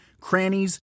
crannies